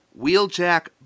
Wheeljack